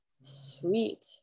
sweet